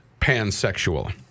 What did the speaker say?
pansexual